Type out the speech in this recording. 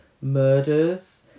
Murders